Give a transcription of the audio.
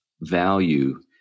value